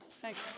Thanks